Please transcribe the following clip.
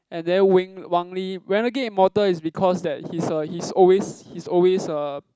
and then Wing Wang-Lee renegade-immortal is because that he's a he's always he's always uh